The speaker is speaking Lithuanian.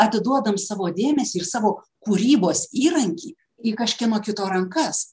atiduodame savo dėmesį ir savo kūrybos įrankį į kažkieno kito rankas